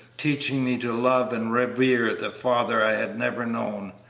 teaching me to love and revere the father i had never known,